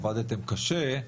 עבדתם קשה,